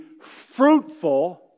fruitful